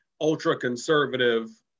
ultra-conservative